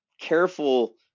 careful